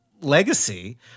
legacy